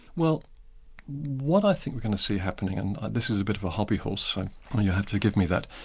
well what i think we're going to see happening, and this is a bit of a hobby horse so and you'll have to give me that,